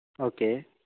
okay